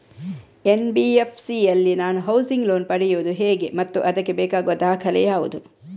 NBFC ಯಲ್ಲಿ ನಾನು housing loan ಪಡೆಯುದು ಹೇಗೆ ಮತ್ತು ಅದಕ್ಕೆ ಬೇಕಾಗುವ ದಾಖಲೆ ಯಾವುದು?